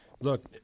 look